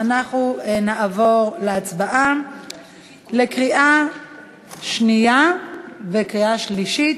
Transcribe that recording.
אנחנו עוברים להצבעה לקריאה שנייה וקריאה שלישית,